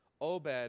Obed